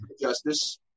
justice